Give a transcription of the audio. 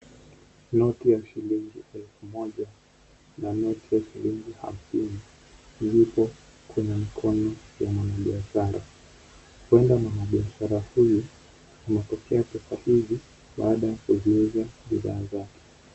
Noti ya shilingi elfu moja na noti ya shilingi hasmini zipo kwenye mkono ya mwanabiashara. Huenda mwanabiashara huyu amepokea pesa hizi baada ya kuziuza bidhaa zake.